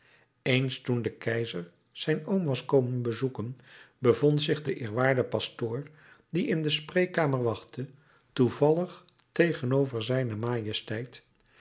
eens toen de keizer zijn oom was komen bezoeken bevond zich de eerwaarde pastoor die in de spreekkamer wachtte toevallig tegenover zijne majesteit